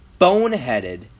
boneheaded